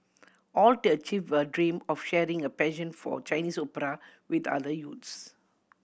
all to achieve her dream of sharing her passion for Chinese opera with other youths